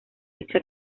dicha